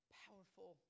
powerful